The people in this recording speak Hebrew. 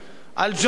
על ג'ונסון.